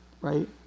Right